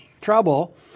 trouble